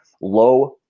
low